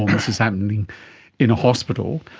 um this is happening in a hospital,